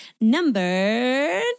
number